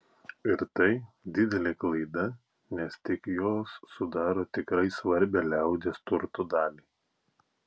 ir tai didelė klaida nes tik jos sudaro tikrai svarbią liaudies turto dalį